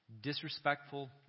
disrespectful